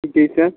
जी sir